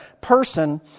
person